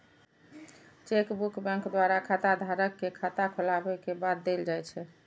chequebook bank द्वारा खाताधारक कें खाता खोलाबै के बाद देल जाइ छै